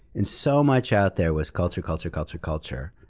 and so much out there was culture, culture, culture, culture.